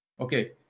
Okay